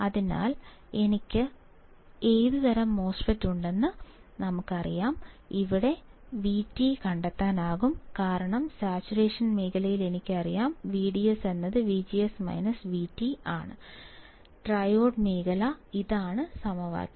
അതിനാൽ എനിക്ക് ഏതുതരം മോസ്ഫെറ്റ് ഉണ്ടെന്ന് എനിക്കറിയാമെങ്കിൽ എനിക്ക് വിടി കണ്ടെത്താനാകും കാരണം സാച്ചുറേഷൻ മേഖലയിൽ എനിക്കറിയാം VDS VGS VT ട്രയോഡ് മേഖല ഇതാണ് സമവാക്യം